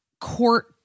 court